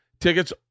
tickets